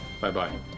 Bye-bye